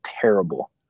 terrible